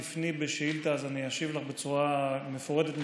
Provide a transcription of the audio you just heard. אם תפני בשאילתה אני אשיב לך בצורה מפורטת ומסודרת.